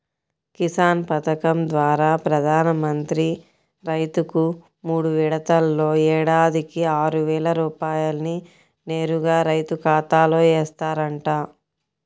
కిసాన్ పథకం ద్వారా ప్రధాన మంత్రి రైతుకు మూడు విడతల్లో ఏడాదికి ఆరువేల రూపాయల్ని నేరుగా రైతు ఖాతాలో ఏస్తారంట